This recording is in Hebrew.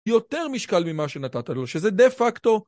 יותר משקל ממה שנתת לו, שזה דה-פקטו.